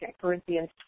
Corinthians